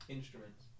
Instruments